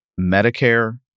Medicare